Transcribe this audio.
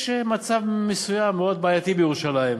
יש מצב מסוים, מאוד בעייתי, בירושלים.